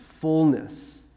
fullness